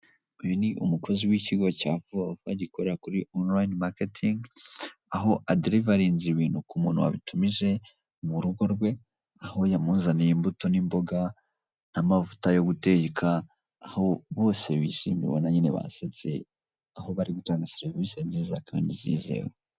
Uyu ni umukozi w'ikigo cya Vuba vuba gikorera kuri online maketingi, aho aderevarinze ibintu ku muntu wabitumije mu rugo rwe, aho yamuzaniye imbuto n'imboga, n'amavuta yo guteka, aho bose bishimye ubona nyine basetse, aho bari gutanga serivisi nziza kandi zizewe.